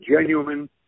genuine